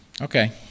okay